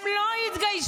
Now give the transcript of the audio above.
הם לא יתגייסו.